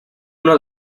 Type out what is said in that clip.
uno